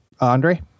Andre